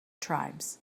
tribes